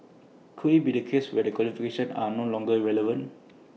could IT be A case where their qualifications are no longer relevant